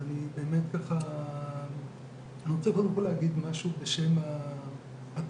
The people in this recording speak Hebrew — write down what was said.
אז אני באמת רוצה קודם כל להגיד משהו בשם הצוות.